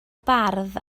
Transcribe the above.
bardd